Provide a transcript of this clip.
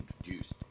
introduced